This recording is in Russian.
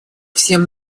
всем